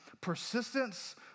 Persistence